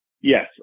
Yes